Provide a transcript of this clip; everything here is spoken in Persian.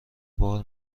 بار